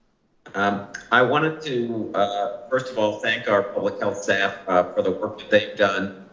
um i wanted to ah first of all, thank our public health staff for the work that they've done.